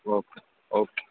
okay okay